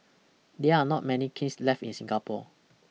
there are not many kilns left in Singapore